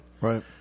Right